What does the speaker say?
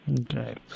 Okay